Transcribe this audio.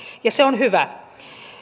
ja se on hyvä